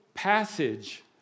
passage